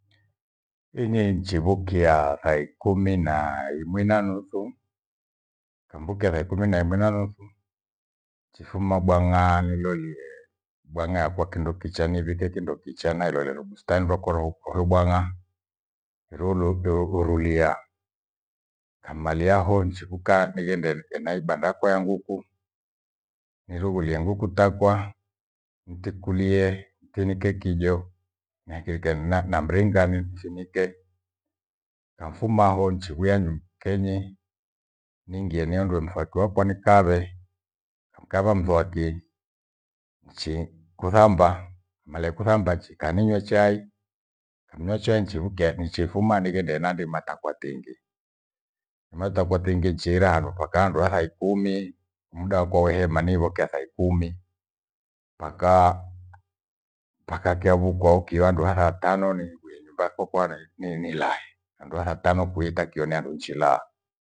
Inyi nichivukia thaikumi na imwi na nuthu, nikamvukia thaikumi na imwi na nuthu. Chifuma bwang'a nilolie bwang'a yakwa kindo kicha nivikie kindo kicha naileleo ilo bustani vakoro uko lubwang'a. Rurudohururia kammaliho nichivuka nighende ena ibanda yakwa ya nguku irughulie nguku takwa. Ntikulie ntinike kijo na ikirike mna na mringa nimthinike nkamfuma ho nchiwia nyu- kenyi niingie nihendue mthaki wakwa nikave, nikava mthwaki nchi kuthamba. Male kuthamba chikaninywe chai, ninywa chai nichivuke hai- nichifuma nighende na ndima takwa tingi. Ndima takwa tingi nchiira handu kwaka handu ha thaikumi muda wakwa hema nivokia thaa ikumi mpaka- mpaka kyavuko wahu ikihandu wo thaa tano niighwie nyumba kokwa nai ni- nilae. Handu ha thatano kuita kio ndio nchi laa.